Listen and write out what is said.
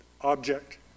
object